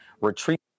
retreat